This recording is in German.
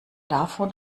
davon